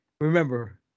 remember